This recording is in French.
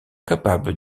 capables